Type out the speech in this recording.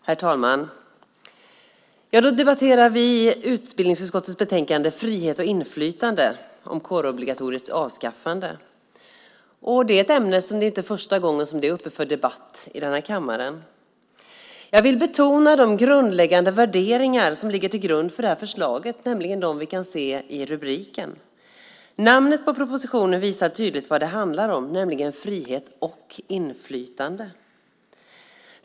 Herr talman! Vi debatterar utbildningsutskottets betänkande Frihet och inflytande - kårobligatoriets avskaffande . Det är inte första gången detta ämne är uppe för debatt i denna kammare. Jag vill betona de grundläggande värderingar som ligger till grund för det här förslaget, nämligen dem vi kan se i rubriken. Namnet på propositionen visar tydligt vad det handlar om, nämligen frihet och inflytande.